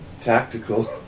Tactical